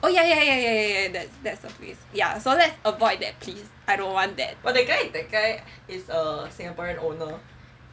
oh ya ya ya ya ya that's the place so let's avoid that please I don't want that